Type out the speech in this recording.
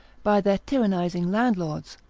by their tyrannising landlords,